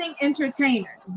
entertainer